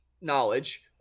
knowledge